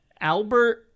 Albert